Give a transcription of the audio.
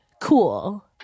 cool